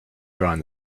drawn